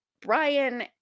Brian